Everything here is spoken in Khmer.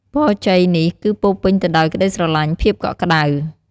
ពរជ័យនេះគឺពោរពេញទៅដោយក្តីស្រឡាញ់ ភាពកក់ក្តៅ។